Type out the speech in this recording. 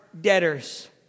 debtors